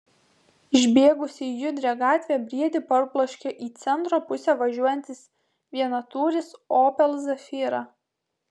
išbėgusį į judrią gatvę briedį parbloškė į centro pusę važiuojantis vienatūris opel zafira